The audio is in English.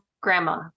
grandma